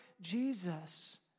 Jesus